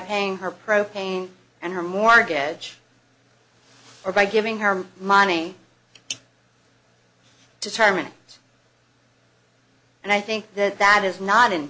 paying her propane and her mortgage or by giving her money to terminate it and i think that that is not in